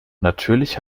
natürlich